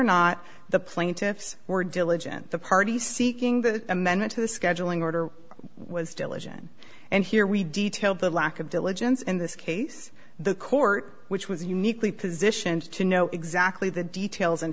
not the plaintiffs were diligent the party seeking the amendment to the scheduling order was diligent and here we detailed the lack of diligence in this case the court which was uniquely positioned to know exactly the details and